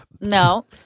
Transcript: no